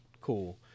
cool